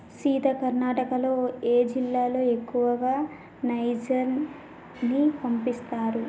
సీత కర్ణాటకలో ఏ జిల్లాలో ఎక్కువగా నైజర్ ని పండిస్తారు